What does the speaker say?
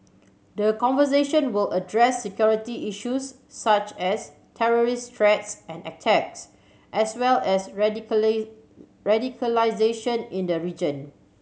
the conversation will address security issues such as terrorist threats and attacks as well as radicalisation in the region